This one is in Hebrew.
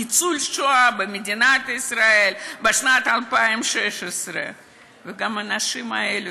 ניצול שואה במדינת ישראל בשנת 2016. גם האנשים האלה,